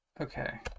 okay